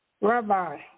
Rabbi